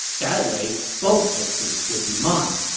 that way, both victories would be mine.